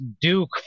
duke